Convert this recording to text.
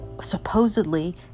supposedly